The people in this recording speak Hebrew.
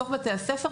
בתוך בתי הספר,